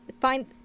find